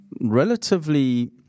relatively